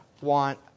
want